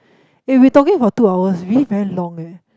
eh we talking for two hours really very long eh